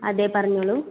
അതെ പറഞ്ഞോളൂ